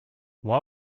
why